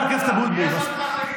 ממש לא הכרחי.